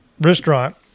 Restaurant